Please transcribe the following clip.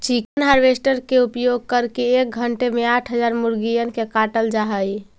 chicken harvester के उपयोग करके एक घण्टे में आठ हजार मुर्गिअन के काटल जा हई